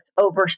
over